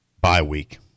Bye-week